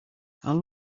how